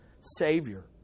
savior